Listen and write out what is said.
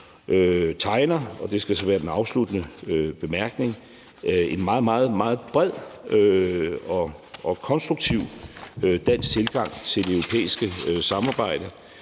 tegner – og det skal så være den afsluttende bemærkning – en meget, meget bred og konstruktiv dansk tilgang til det europæiske samarbejde.